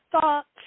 thoughts